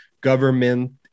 government